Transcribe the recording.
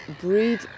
breed